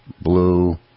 blue